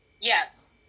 yes